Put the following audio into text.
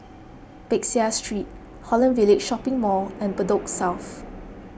Peck Seah Street Holland Village Shopping Mall and Bedok South